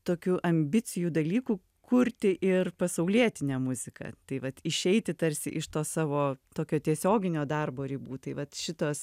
tokių ambicijų dalykų kurti ir pasaulietinę muziką tai vat išeiti tarsi iš to savo tokio tiesioginio darbo ribų tai vat šitos